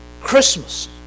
Christmas